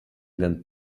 them